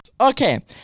okay